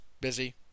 busy